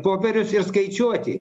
popierius ir skaičiuoti